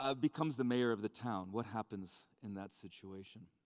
um becomes the mayor of the town. what happens in that situation?